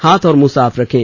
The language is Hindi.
हाथ और मुंह साफ रखें